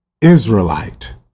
Israelite